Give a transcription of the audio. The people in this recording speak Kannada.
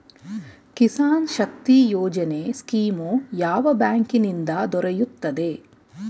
ಕಿಸಾನ್ ಶಕ್ತಿ ಯೋಜನೆ ಸ್ಕೀಮು ಯಾವ ಬ್ಯಾಂಕಿನಿಂದ ದೊರೆಯುತ್ತದೆ?